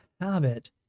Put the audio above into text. habit